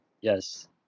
Yes